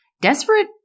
Desperate